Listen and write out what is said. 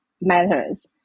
matters